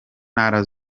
ntara